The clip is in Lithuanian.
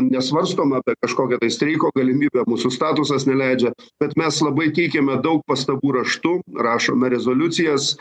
nesvarstom apie kažkokią tai streiko galimybę mūsų statusas neleidžia bet mes labai teikiame daug pastabų raštu rašome rezoliucijas